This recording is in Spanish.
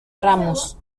ramos